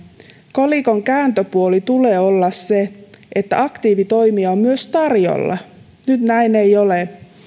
kolikon kääntöpuolen tulee olla se että aktiivitoimia on myös tarjolla nyt näin ei ole